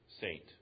saint